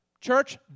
Church